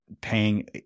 paying